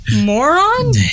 Moron